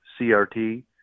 CRT